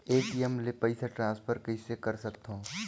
ATM ले पईसा transfer कइसे कर सकथव?